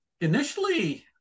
Initially